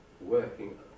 working